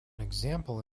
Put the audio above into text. example